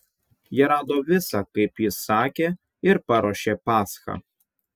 jie rado visa kaip jis sakė ir paruošė paschą